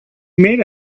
made